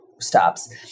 stops